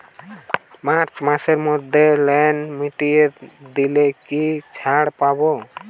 March মাসের মধ্যে loan মিটিয়ে দিলে কি কিছু ছাড় পাব?